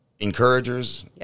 encouragers